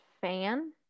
fan